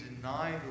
deny